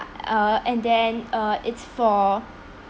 uh and then uh it's for